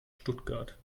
stuttgart